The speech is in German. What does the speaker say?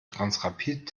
transrapid